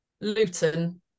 Luton